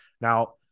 Now